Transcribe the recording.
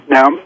Now